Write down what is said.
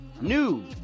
new